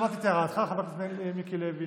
שמעתי את הערתך, חבר הכנסת מיקי לוי.